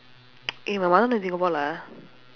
eh my mother not in singapore lah